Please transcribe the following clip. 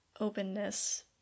openness